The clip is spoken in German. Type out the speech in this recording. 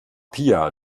pia